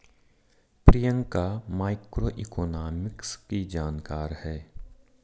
Priyanka macroeconomics की जानकार है